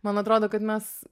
man atrodo kad mes